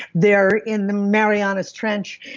they're in the mariana's trench.